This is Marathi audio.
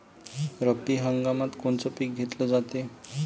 रब्बी हंगामात कोनचं पिक घेतलं जाते?